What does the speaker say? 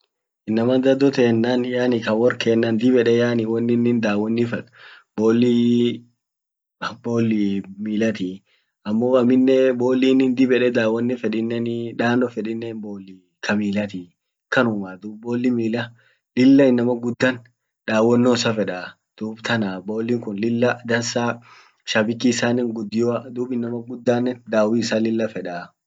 Innaman daddo tenanen yani ka wor keena dib yede yani wonin daawonno fed balli milatii amo aminen ballin dib yede dawwonno fedinen daani fedinen balli ka milatii kanumaa duub ball mila lilla innama guddan dawwonno isa fedaa dum tanaa ballin kun lilla dansaa shabiki isanen gudioa duub innama guddanen dawwo isa lilla fedaa.